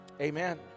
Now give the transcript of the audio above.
Amen